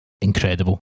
Incredible